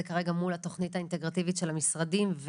כרגע מול התוכנית האינטגרטיבית של המשרדים.